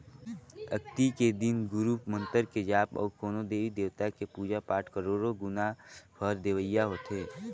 अक्ती के दिन गुरू मंतर के जाप अउ कोनो देवी देवता के पुजा पाठ करोड़ो गुना फर देवइया होथे